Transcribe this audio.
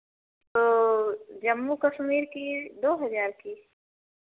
तो जम्मू कश्मीर की दो हज़ार की